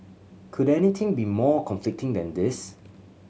could anything be more conflicting than this